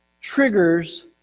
triggers